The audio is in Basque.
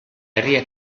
herria